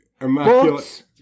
immaculate